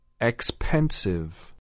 Expensive